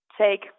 take